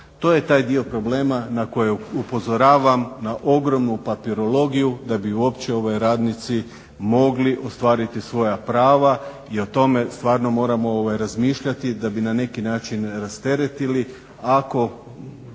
To je taj dio problema na koje upozoravam, na ogromnu papirologiju da bi uopće radnici mogli ostvariti svoja prava i o tome stvarno moramo razmišljati da bi na neki način rasteretili. Ako